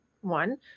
one